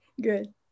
Good